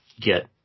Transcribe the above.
get